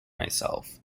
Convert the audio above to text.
myself